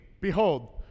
behold